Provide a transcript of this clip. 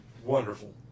Wonderful